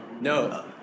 no